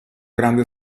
grande